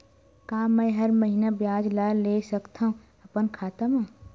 का मैं हर महीना ब्याज ला ले सकथव अपन खाता मा?